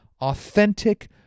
authentic